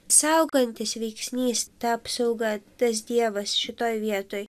saugantis veiksnys ta apsauga tas dievas šitoj vietoj